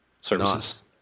services